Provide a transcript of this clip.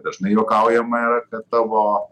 dažnai juokaujama yra kad tavo